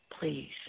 please